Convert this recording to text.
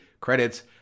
credits